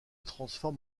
transforme